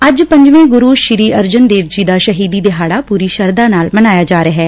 ਅੱਜ ਪੰਜਵੇਂ ਸ੍ਰੀ ਗੁਰੂ ਅਰਜਨ ਦੇਵ ਜੀ ਦਾ ਸ਼ਹੀਦੀ ਦਿਹਾੜਾ ਪੂਰੀ ਸ਼ਰਧਾ ਨਾਲ ਮਨਾਇਆ ਜਾ ਰਿਹੈ